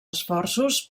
esforços